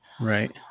Right